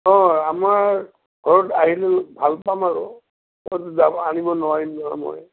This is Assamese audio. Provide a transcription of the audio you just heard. অঁ আমাৰ ঘৰত আহিলে ভাল পাম আৰু আনিব নোৱাৰিম নহয় মই